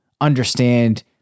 understand